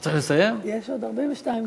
יש עוד 42 שניות.